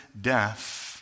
death